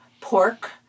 pork